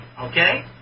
okay